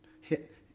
hit